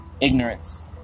ignorance